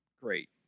great